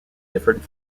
different